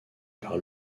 par